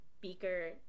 beaker